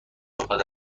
بخواد